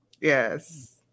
Yes